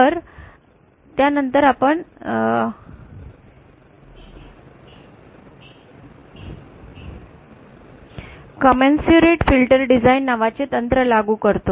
तर त्यानंतर आपण कमेन्सरिट फिल्टर् डिझाइन नावाचे तंत्र लागू करतो